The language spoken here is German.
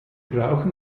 brauchen